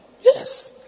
Yes